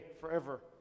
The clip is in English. forever